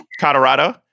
colorado